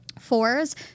fours